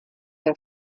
her